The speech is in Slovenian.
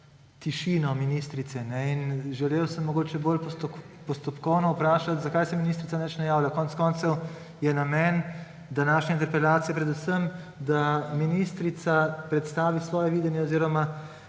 tišino ministrice. Želel sem mogoče bolj postopkovno vprašati, zakaj se ministrica nič ne javlja. Konec koncev je namen današnje interpelacije predvsem, da ministrica predstavi svoje videnje oziroma